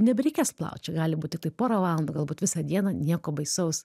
nebereikės plaut čia gali būt tiktai porą valandų galbūt visą dieną nieko baisaus